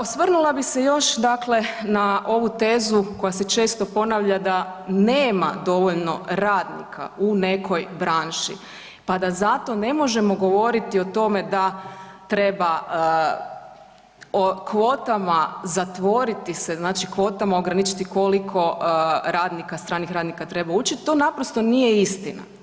Osvrnula bih se još dakle na ovu tezu koja se često ponavlja da nema dovoljno radnika u nekoj branši pa da zato ne možemo govoriti o tome da treba o kvotama zatvoriti se, znači kvotama ograničiti koliko radnika, stranih radnika treba ući, to naprosto nije istina.